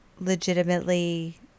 legitimately